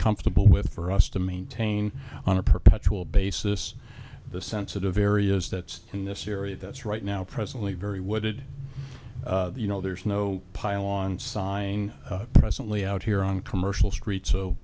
comfortable with for us to maintain on a perpetual basis the sensitive areas that's in this area that's right now presently very wooded you know there's no pile on sign presently out here on commercial street so